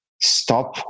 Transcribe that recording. stop